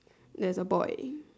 there's a boy